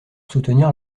soutenir